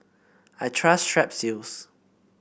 I trust Strepsils